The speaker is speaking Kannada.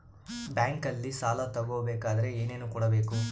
ಬ್ಯಾಂಕಲ್ಲಿ ಸಾಲ ತಗೋ ಬೇಕಾದರೆ ಏನೇನು ಕೊಡಬೇಕು?